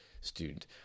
student